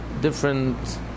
different